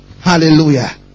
Hallelujah